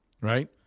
right